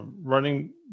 running